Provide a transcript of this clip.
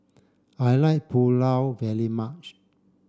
I like Pulao very much